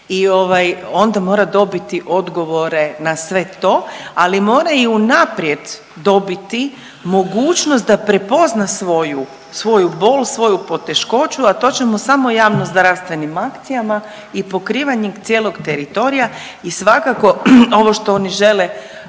onda mora dobiti odgovore na sve to, ali mora i unaprijed dobiti mogućnost da prepozna svoju bol, svoju poteškoću, a to ćemo samo javnozdravstvenim akcijama i pokrivanjem cijelog teritorija i svakako ovo što oni žele